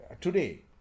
today